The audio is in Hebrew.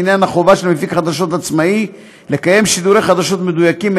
לעניין החובה של מפיק חדשות עצמאי לקיים שידורי חדשות מדויקים,